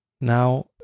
Now